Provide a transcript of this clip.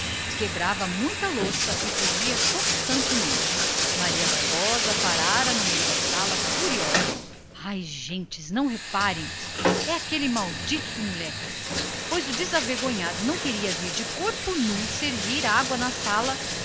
quebrava muita louça e fugia de casa constantemente a velha estacara no meio da sala furiosa ai gentes não reparem bradou aquele não sei que diga aquele maldito moleque pois o desavergonhado não queria vir trazer água na sala